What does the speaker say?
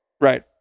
Right